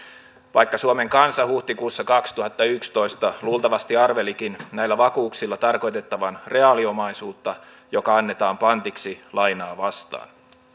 vaikka suomen kansa huhtikuussa kaksituhattayksitoista luultavasti arvelikin näillä vakuuksilla tarkoitettavan reaaliomaisuutta joka annetaan pantiksi lainaa vastaan